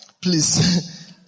Please